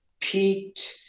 peaked